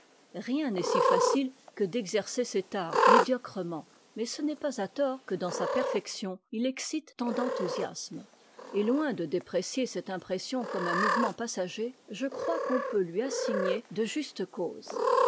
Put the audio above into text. rien n'est si facile que d'exercer cet art médiocrement mais ce n'est pas à tort que dans sa perfection il excite tant d'enthousiasme et loin de déprécier cette impression comme un mouvement passager je crois qu'on peut lui assigner de justes causes